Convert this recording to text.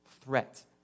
threat